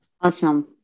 Awesome